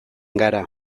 gara